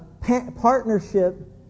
partnership